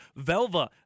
Velva